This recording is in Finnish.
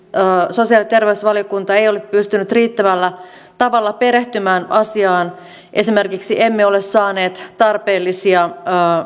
sosiaali ja terveysvaliokunta ei ole pystynyt riittävällä tavalla perehtymään asiaan esimerkiksi emme ole saaneet tarpeellisia